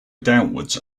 downwards